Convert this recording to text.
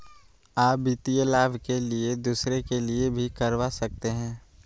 आ वित्तीय लाभ के लिए दूसरे के लिए भी करवा सकते हैं?